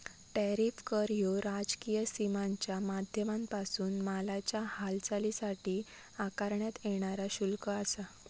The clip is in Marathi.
टॅरिफ कर ह्यो राजकीय सीमांच्या माध्यमांपासून मालाच्या हालचालीसाठी आकारण्यात येणारा शुल्क आसा